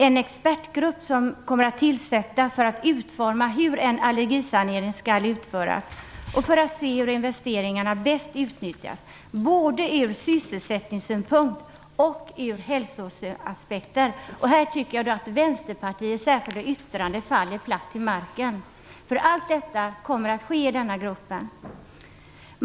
En expertgrupp kommer att tillsättas för att utforma hur en allergisanering skall utföras och för att se hur investeringarna bäst utnyttjas, både ur sysselsättningssynpunkt och med tanke på hälsoaspekter. Här tycker jag att Vänsterpartiets särskilda yttrande faller platt till marken. Allt detta kommer att ske i denna grupp.